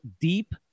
deep